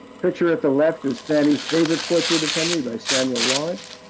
picture at the left is fanny's favorite portrait of henry by samuel lawrence.